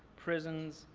prisons,